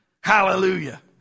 hallelujah